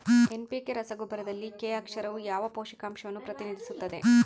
NPK ರಸಗೊಬ್ಬರದಲ್ಲಿ K ಅಕ್ಷರವು ಯಾವ ಪೋಷಕಾಂಶವನ್ನು ಪ್ರತಿನಿಧಿಸುತ್ತದೆ?